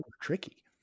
tricky